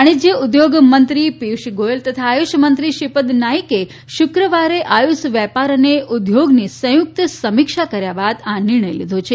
વાણીજય ઉદ્યોગ મંત્રી પીયુષ ગોયલ તથા આયુષ મંત્રી શ્રીપદ નાઇકે શુક્રવારે આયુષ વેપાર અને ઉદ્યોગની સંયુકત સમીક્ષા કર્યા બાદ આ નિર્ણય લીધો છે